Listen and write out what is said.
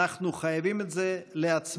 אנחנו חייבים את זה לעצמנו,